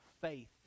faith